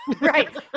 Right